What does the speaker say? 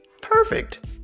Perfect